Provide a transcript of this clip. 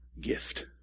gift